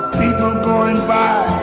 people going by